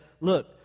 look